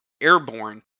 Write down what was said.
Airborne